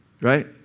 Right